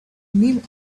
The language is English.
name